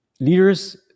Leaders